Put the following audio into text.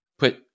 Put